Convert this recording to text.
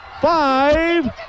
five